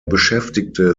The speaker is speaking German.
beschäftigte